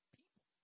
people